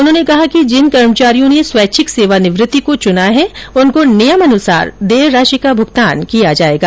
उन्होंने कहा कि जिन कर्मचारियों ने स्वेच्छिक सेवानिवृत्ति को चुना है उनको नियमानुसार देय राशि का भुगतान किया जाएगा